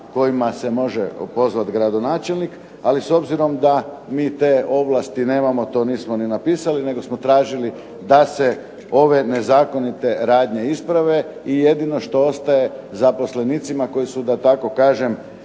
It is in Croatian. kojima se može opozvat gradonačelnik. Ali s obzirom da mi te ovlasti nemamo to nismo ni napisali nego smo tražili da se ove nezakonite radnje isprave i jedino što ostaje zaposlenicima koji su da tako kažem